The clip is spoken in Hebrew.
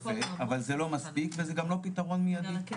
אבל זה לא מספיק וזה גם לא פתרון מיידי.